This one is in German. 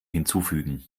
hinzufügen